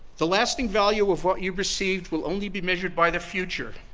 the lasting value of what you've received will only be measured by the future,